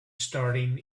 starting